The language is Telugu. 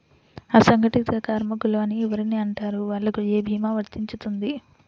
అసంగటిత కార్మికులు అని ఎవరిని అంటారు? వాళ్లకు ఏ భీమా వర్తించుతుంది?